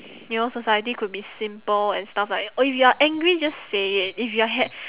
you know society could be simple and stuff like or if you are angry just say it if you're hap~